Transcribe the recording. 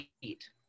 eat